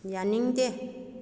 ꯌꯥꯅꯤꯡꯗꯦ